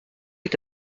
est